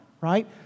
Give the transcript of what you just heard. right